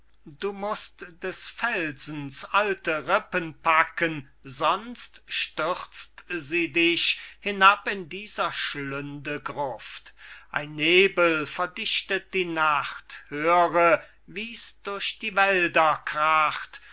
du mußt des felsens alte rippen packen sonst stürzt sie dich hinab in dieser schlünde gruft ein nebel verdichtet die nacht höre wie's durch die wälder